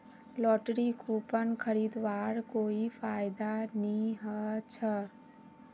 lottery coupon खरीदवार कोई फायदा नी ह छ